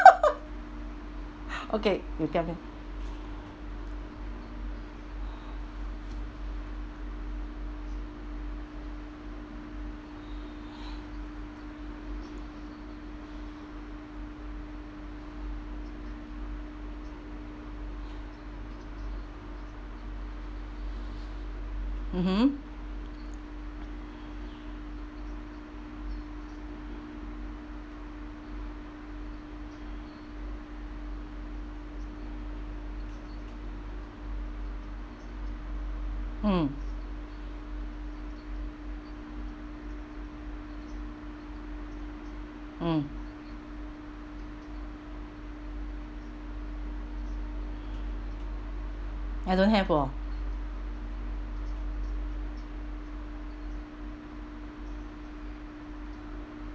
okay you tell me mmhmm mm mm I don't have orh